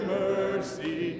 mercy